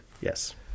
Yes